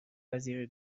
وزیری